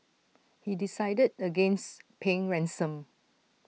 he decided against paying ransom